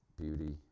beauty